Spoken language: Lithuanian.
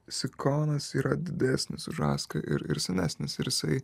sikonas yra didesnis už aską ir ir senesnis ir jisai